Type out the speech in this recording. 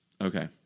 Okay